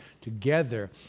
together